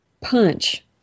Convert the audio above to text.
punch